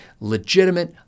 legitimate